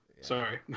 Sorry